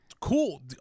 cool